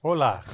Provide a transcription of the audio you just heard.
Olá